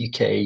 UK